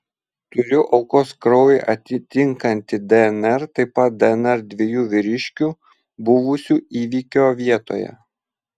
turiu aukos kraują atitinkantį dnr taip pat dnr dviejų vyriškių buvusių įvykio vietoje